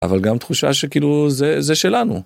אבל גם תחושה שכאילו זה שלנו.